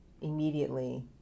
immediately